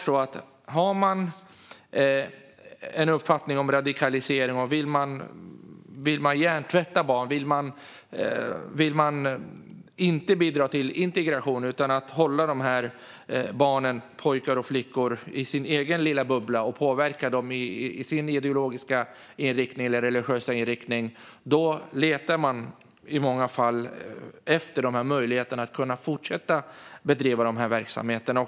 Om man har en uppfattning om radikalisering, vill hjärntvätta barn och inte bidra till integration utan hålla barnen, pojkarna och flickorna, i sin egen lilla bubbla och påverka dem i sin ideologiska eller religiösa inriktning letar man i många fall efter möjligheterna att fortsätta driva de här verksamheterna.